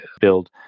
build